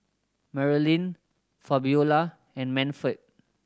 Marylin Fabiola and Manford